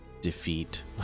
defeat